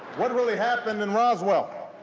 what really happened in roswell?